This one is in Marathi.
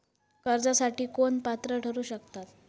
कर्जासाठी कोण पात्र ठरु शकता?